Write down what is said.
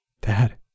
Dad